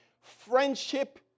friendship